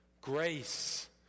grace